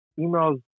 emails